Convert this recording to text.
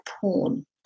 porn